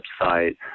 website